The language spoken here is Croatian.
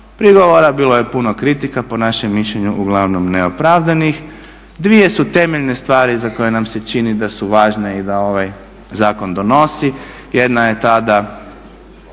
prigovora, bilo je puno kritika, po našem mišljenju uglavnom neopravdanih. Dvije su temeljne stvari za koje nam se čini da su važne i da ovaj zakon donosi. Jedna je ta da